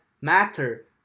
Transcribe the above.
matter